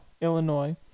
Illinois